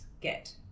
get